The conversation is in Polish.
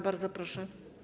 Bardzo proszę.